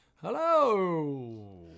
Hello